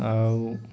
ଆଉ